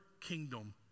kingdom